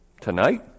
tonight